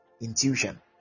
Intuition